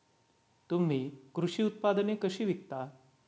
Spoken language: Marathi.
तुम्ही कृषी उत्पादने कशी विकता?